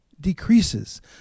decreases